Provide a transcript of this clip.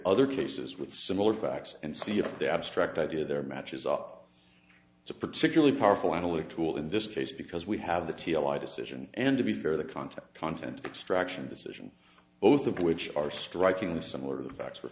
other cases with similar facts and see if the abstract idea there matches up it's a particularly powerful analytic tool in this case because we have the t l i decision and to be fair the content content extracts from decisions both of which are strikingly similar to the facts we're